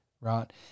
right